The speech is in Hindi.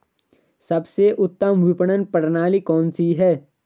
सबसे उत्तम विपणन प्रणाली कौन सी है?